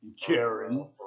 Karen